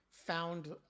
found